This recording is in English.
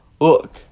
look